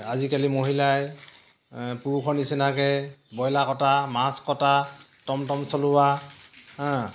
আজিকালি মহিলাই পুৰুষৰ নিচিনাকৈ বইলাৰ কটা মাছ কটা টম টম চলোৱা হা